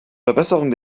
verbesserung